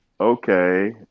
Okay